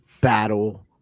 battle